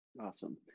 Awesome